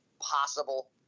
possible